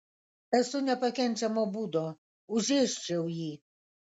esu nepakenčiamo būdo užėsčiau jį